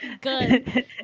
good